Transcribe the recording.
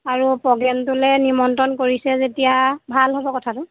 আৰু প্ৰগ্ৰেমটোলৈ নিমন্ত্ৰণ কৰিছে যেতিয়া ভাল হ'ব কথাটো